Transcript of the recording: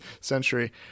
century